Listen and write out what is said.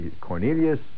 Cornelius